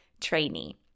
trainee